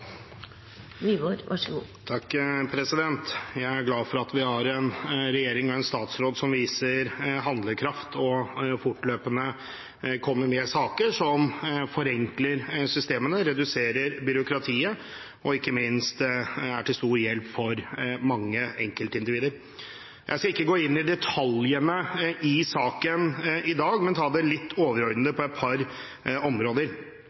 glad for at vi har en regjering og en statsråd som viser handlekraft og fortløpende kommer med saker som forenkler systemene, reduserer byråkratiet og ikke minst er til stor hjelp for mange enkeltindivider. Jeg skal ikke gå inn i detaljene i saken i dag, men ta det litt overordnet på et par områder.